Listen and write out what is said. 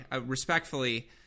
Respectfully